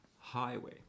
highway